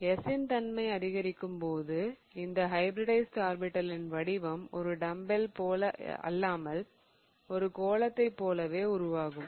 s ன் தன்மை அதிகரிக்கும் போது இந்த ஹைபிரிடைஸிட் ஆர்பிடலின் வடிவம் ஒரு டம்பல் போல அல்லாமல் ஒரு கோளத்தைப் போலவே உருவாகும்